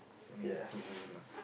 I mean to me lah